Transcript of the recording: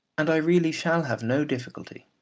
and i really shall have no difficulty.